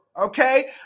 okay